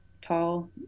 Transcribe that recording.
tall